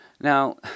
Now